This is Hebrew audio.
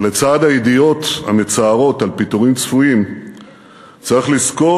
ולצד הידיעות המצערות על פיטורים צפויים צריך לזכור